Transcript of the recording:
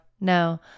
no